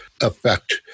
effect